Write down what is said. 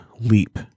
leap